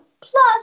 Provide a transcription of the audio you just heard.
Plus